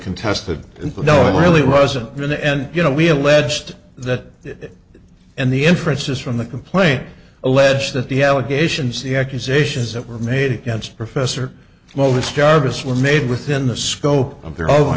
contested and no it really wasn't in the end you know we alleged that and the inferences from the complaint allege that the allegations the accusations that were made against professor lois jarvis were made within the scope of their